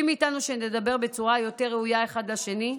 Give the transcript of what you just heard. מאיתנו שנדבר בצורה יותר ראויה אחד לשני,